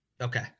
Okay